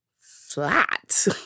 flat